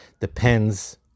depends